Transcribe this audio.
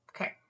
Okay